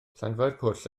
llanfairpwll